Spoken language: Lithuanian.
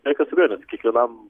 be jokios abejonės kiekvienam